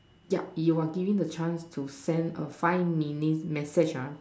yup you are given a chance to send a five minute message ah